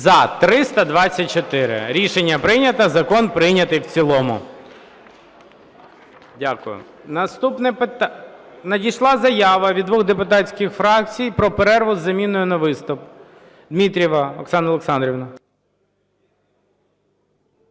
За-324 Рішення прийнято, закон прийнятий в цілому. Дякую. Надійшла заява від двох депутатських фракцій про перерву із заміною на виступ. Дмитрієва Оксана Олександрівна.